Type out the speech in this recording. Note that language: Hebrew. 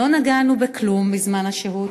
לא נגענו בכלום בזמן השהות,